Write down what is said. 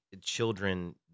children